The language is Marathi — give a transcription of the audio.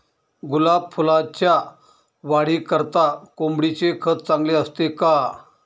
गुलाब फुलाच्या वाढीकरिता कोंबडीचे खत चांगले असते का?